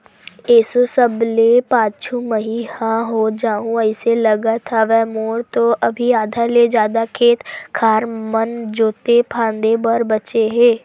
एसो सबले पाछू मही ह हो जाहूँ अइसे लगत हवय, मोर तो अभी आधा ले जादा खेत खार मन जोंते फांदे बर बचें हे